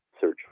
search